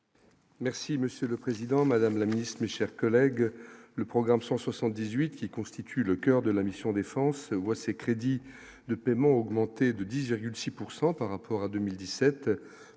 Merci Monsieur le Président, Madame la Ministre, mes chers collègues, le programme 178 qui constituent le coeur de la mission défense voit ses crédits de paiement, augmenté de 10,6 pourcent par rapport à 2017